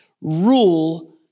rule